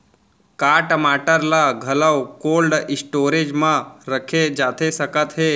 का टमाटर ला घलव कोल्ड स्टोरेज मा रखे जाथे सकत हे?